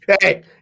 Hey